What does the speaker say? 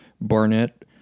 Barnett